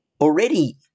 already